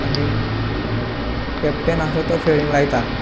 आनी केप्टन आसा तो फिल्डिंग लायता